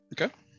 Okay